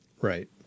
Right